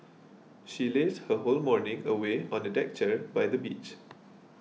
she lazed her whole morning away on a deck chair by the beach